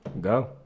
Go